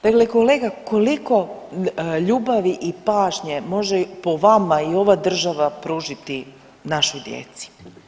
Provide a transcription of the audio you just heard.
Dakle, kolega koliko ljubavi i pažnje može po vama i ova država pružiti našoj djeci?